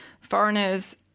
foreigners